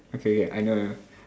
okay K I know I know